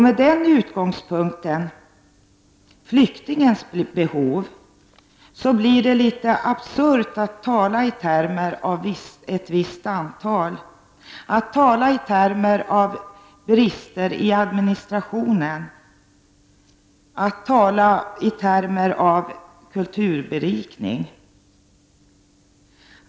Med utgångspunkt i flyktingarnas behov blir det absurt att tala i termer av ett visst antal, brister i administrationen och kulturberikning.